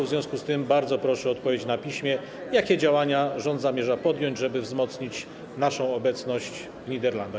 W związku z tym bardzo proszę o odpowiedź na piśmie, jakie działania rząd zamierza podjąć, żeby wzmocnić naszą obecność w Niderlandach.